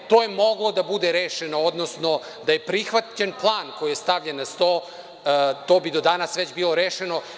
To je moglo da bude rešeno, odnosno da je prihvaćen plan koji je stavljen na sto, to bi do danas već bilo rešeno.